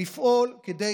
לפעול כדי